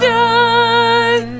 die